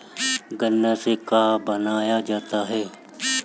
गान्ना से का बनाया जाता है?